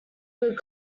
good